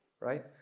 Right